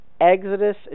Exodus